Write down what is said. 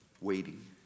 waiting